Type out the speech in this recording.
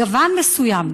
גוון מסוים,